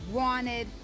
wanted